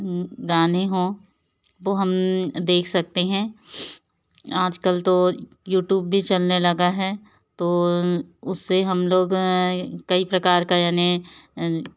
गाने हो वो हम देख सकते हैं आज कल तो यूटूब भी चलने लगा है तो उससे हम लोग कई प्रकार का याने